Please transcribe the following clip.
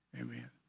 amen